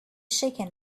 shaken